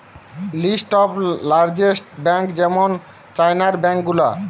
list of largest bank যেমন চাইনার bank গুলা